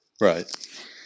right